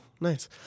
nice